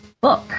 book